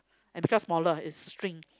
and become smaller it shrink